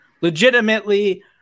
legitimately